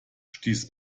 stieß